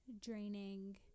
draining